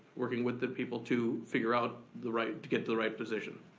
working with the people to figure out the right, to get to the right position.